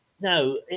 no